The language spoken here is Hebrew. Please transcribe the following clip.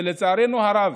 ולצערנו הרב